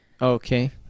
Okay